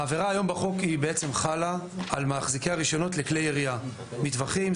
העבירה היום בחוק בעצם חלה על מחזיקי הרישיונות לכלי ירייה: מטווחים,